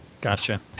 Gotcha